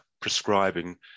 prescribing